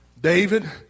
david